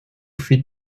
feed